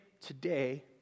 today